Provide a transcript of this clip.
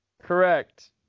Correct